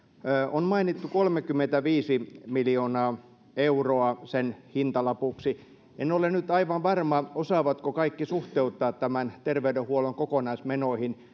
on mainittu kolmekymmentäviisi miljoonaa euroa sen hintalapuksi en ole nyt aivan varma osaavatko kaikki suhteuttaa tämän terveydenhuollon kokonaismenoihin